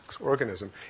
organism